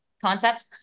concepts